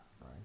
right